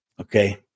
Okay